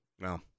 No